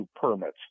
permits